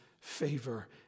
favor